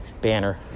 banner